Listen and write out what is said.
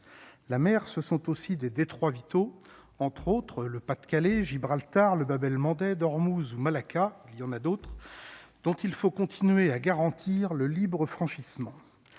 la mer, ce sont aussi des Detroit vitaux, entre autres, le Pas-de-Calais, Gibraltar, le Babel montée d'Ormuz Malacca il y en a d'autres, dont il faut continuer à garantir le libre franchissement